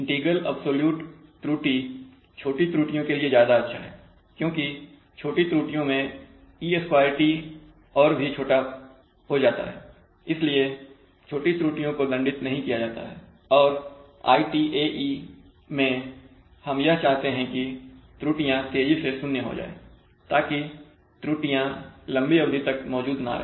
integral absolute त्रुटि integral absolute error IAE छोटी त्रुटियों के लिए ज्यादा अच्छा है क्योंकि छोटी त्रुटियों में e2t और भी छोटा हो जाता हैइसलिए छोटी त्रुटियों को दंडित नहीं किया जाता है और ITAE मैं हम यह चाहते हैं कि त्रुटियां तेजी से 0 हो जाए ताकि त्रुटियां लंबी अवधि तक मौजूद ना रहे